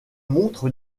montre